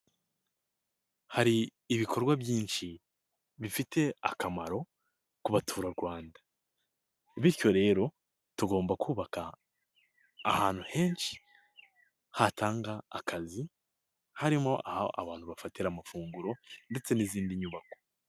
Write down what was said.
Hari ibikorwa byinshi ,bifitiye akamaro ku baturarwanda bityo rero tugomba kubaka, ahantu henshi hatanga akazi ,harimo aho abantu bafatira amafunguro, ndetse n'izindi nyubako.